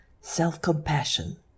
self-compassion